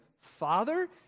father